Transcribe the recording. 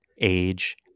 age